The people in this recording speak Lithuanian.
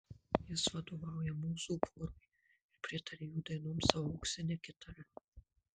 jis vadovauja mūzų chorui ir pritaria jų dainoms savo auksine kitara